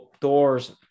doors